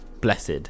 blessed